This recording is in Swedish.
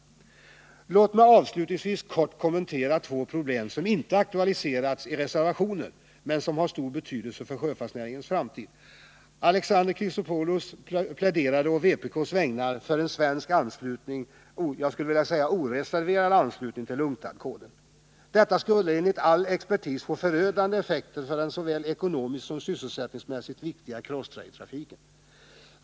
Avslutningsvis skall jag helt kort kommentera två problem som inte aktualiserats i reservationen men som har stor betydelse för sjöfartsnäringens framtid. Alexander Chrisopoulos pläderade på vpk:s vägnar för en svensk — jag skulle vilja tillägga oreserverad — anslutning till UNCTAD-koden. Detta skulle emellertid enligt all expertis få förödande effekter för den såväl ekonomiskt som sysselsättningsmässigt så viktiga cross-trade-trafiken.